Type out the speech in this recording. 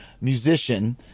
musician